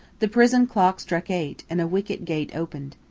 the prison clock struck eight, and a wicket-gate opened.